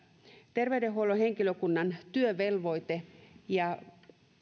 terveydenhuollon henkilökunnan työvelvoite ja